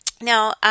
Now